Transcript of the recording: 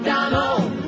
Donald